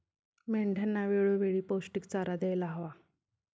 मेंढ्यांना वेळोवेळी पौष्टिक चारा द्यायला हवा